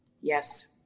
Yes